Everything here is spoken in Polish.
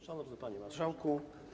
Szanowny Panie Marszałku!